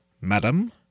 Madam